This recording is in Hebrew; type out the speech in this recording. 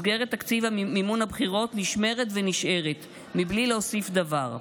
מסגרת תקציב מימון הבחירות נשמרת ונשארת מבלי להוסיף דבר.